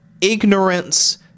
ignorance